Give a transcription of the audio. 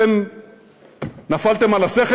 אתם נפלתם על השכל?